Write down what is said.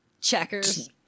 checkers